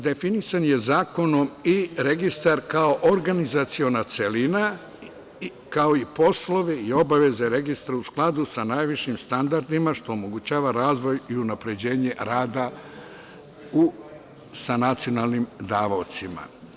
Definisan je zakonom i registar kao organizaciona celina, kao i poslovi i obaveze registra u skladu sa najvišim standardima, što omogućava razvoj i unapređenje rada sa nacionalnim davaocima.